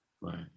right